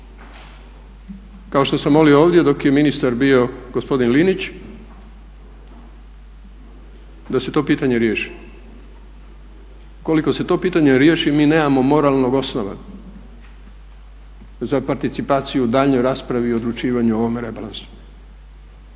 kao što sam molio ovdje dok je ministar bio gospodin Linić da se to pitanje riješi. Ukoliko se to pitanje riješi mi nemamo moralne osnove za participaciju u daljnjoj raspravi i odlučivanju o ovome rebalansu.